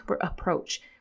approach